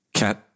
cat